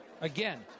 again